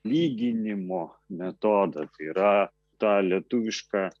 lyginimo metodą tai yra tą lietuvišką